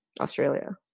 Australia